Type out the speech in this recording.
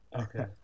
Okay